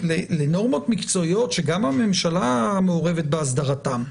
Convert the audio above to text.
לנורמות מקצועיות שגם הממשלה מעורבת בהסדרתן.